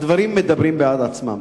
הדברים מדברים בעד עצמם.